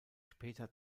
später